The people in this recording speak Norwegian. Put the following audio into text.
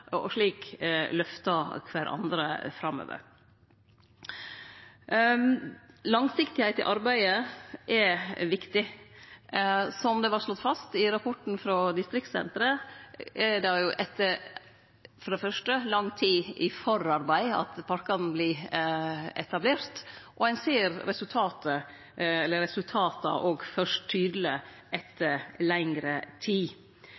framover. Langsiktigheit i arbeidet er viktig. Som det vart slått fast i rapporten frå Distriktssenteret, er det for det fyrste eit langt forarbeid før parkane vert etablerte, og ein ser resultata tydeleg fyrst etter lengre tid, sjølv om kortare prosjekt og